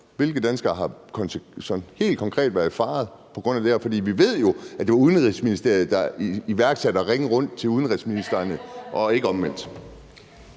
hvilke danskere der sådan helt konkret har været i fare på grund af det her. For vi ved jo, at det var Udenrigsministeriet, der iværksatte at ringe rundt til udenrigsministrene, og ikke omvendt.